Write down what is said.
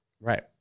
Right